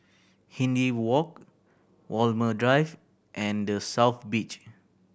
Hindhede Walk Walmer Drive and The South Beach